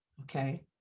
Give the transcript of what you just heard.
okay